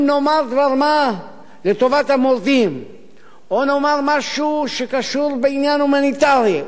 אם נאמר דבר-מה לטובת המורדים או נאמר משהו שקשור בעניין הומניטרי,